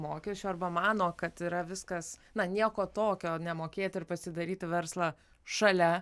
mokesčių arba mano kad yra viskas na nieko tokio nemokėti ir pasidaryti verslą šalia